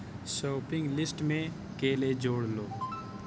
shopping list میں کیلے جوڑ لو